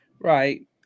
Right